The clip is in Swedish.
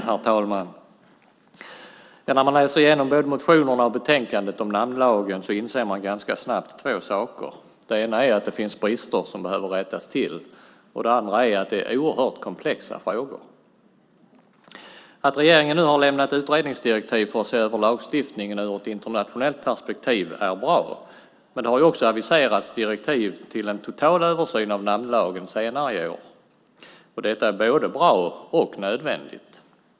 Herr talman! När man läser igenom både motionerna och betänkandet om namnlagen inser man ganska snabbt två saker. Den ena är att det finns brister som behöver rättas till, och den andra är att det är oerhört komplexa frågor. Att regeringen nu har lämnat utredningsdirektiv för att se över lagstiftningen ur ett internationellt perspektiv är bra, men det har också aviserats direktiv till en total översyn av namnlagen senare i vår. Detta är både bra och nödvändigt.